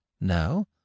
No